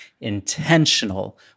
intentional